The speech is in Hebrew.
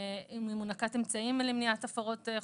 אם הוא נקט אמצעים למניעת הפרות חוזרות.